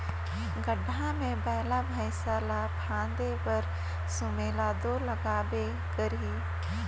गाड़ा मे बइला भइसा ल फादे बर सुमेला दो लागबे करही